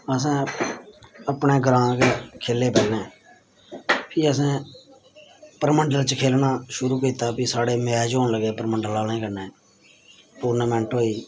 असें अपने ग्रांऽ गै खेले पैह्लें फ्ही असें परमंडल च खेलना शुरू कीता फ्ही साढ़े मैच होन लगे परमंडल आह्लें कन्नै टूर्नामेंट होई